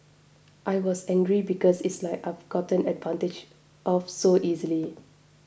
I was angry because it's like I've gotten advantage of so easily